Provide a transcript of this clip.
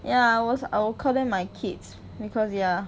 ya I was I will call them my kids because ya